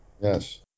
Yes